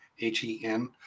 H-E-N